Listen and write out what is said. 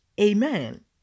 Amen